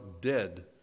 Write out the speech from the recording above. dead